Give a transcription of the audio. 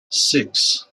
six